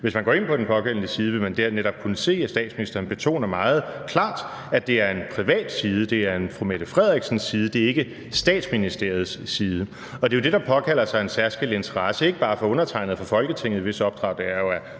Hvis man går ind på den pågældende side, vil man der netop kunne se, at statsministeren betoner meget klart, at det er en privat side. Det er en fru Mette Frederiksen-side, det er ikke Statsministeriets side, og det er jo det, der påkalder sig en særskilt interesse, ikke bare fra undertegnede og fra Folketinget, hvis opdrag det jo er